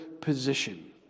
position